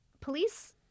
police